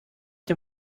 dem